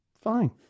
fine